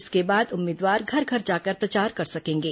इसके बाद उम्मीदवार घर घर जाकर प्रचार कर सकेंगे